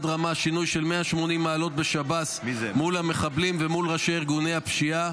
רמה שינוי של 180 מעלות בשב"ס מול המחבלים ומול ראשי ארגוני הפשיעה,